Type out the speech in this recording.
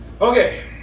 Okay